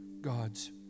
God's